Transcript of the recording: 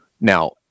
Now